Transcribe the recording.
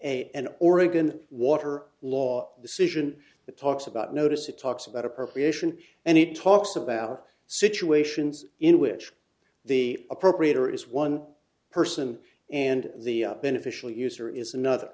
squarely and oregon water law decision it talks about notice it talks about appropriation and it talks about situations in which the appropriator is one person and the beneficial user is anot